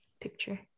picture